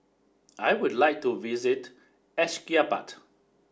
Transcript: I would like to visit Ashgabat